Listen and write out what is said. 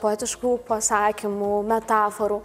poetiškų pasakymų metaforų